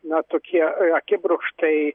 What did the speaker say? na tokie akibrokštai